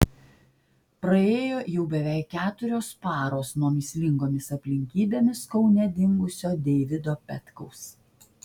praėjo jau beveik keturios paros nuo mįslingomis aplinkybėmis kaune dingusio deivido petkaus